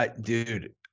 Dude